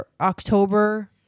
October